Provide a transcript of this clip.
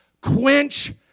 quench